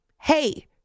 Hey